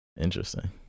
interesting